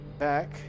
Back